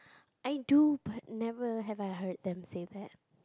I do but never have I heard them say that